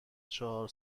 چهار